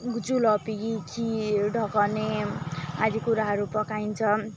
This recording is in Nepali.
जुलपी खिर ढकने आदि कुराहरू पकाइन्छन्